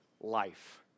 life